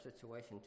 situation